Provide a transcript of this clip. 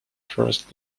first